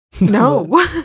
no